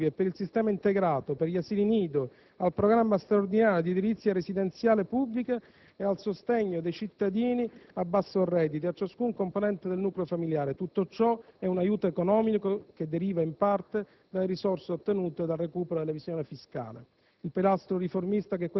per i servizi socio-educativi e per il sistema integrato, per gli asili nido, nonché al programma straordinario di edilizia residenziale pubblica e al sostegno ai cittadini a basso reddito e a ciascun componente del nucleo familiare. Tutto ciò è un aiuto economico che deriva in parte dalle risorse ottenute grazie al recupero dell'evasione fiscale.